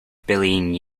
billion